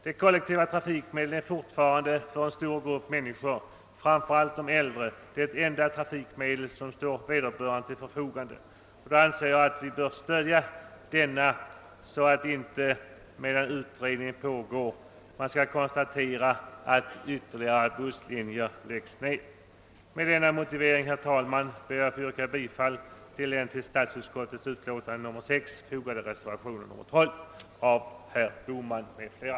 De kollektiva trafikmedlen är fortfarande för en stor grupp människor, framför allt de äldre, det enda trafikmedel som står till förfogande, och jag anser att staten bör stödja den kollektiva trafiken så att vi inte skall behöva konstatera att ytterligare busslinjer läggs ner medan utredning pågår. Herr talman! Med denna motivering ber jag att få yrka bifall till den vid statsutskottets utlåtande nr 6 fogade reservationen 12 av herr Bohman m.fl.